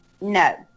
No